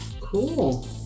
Cool